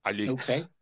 Okay